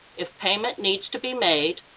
if payment needs to be made,